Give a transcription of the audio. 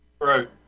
right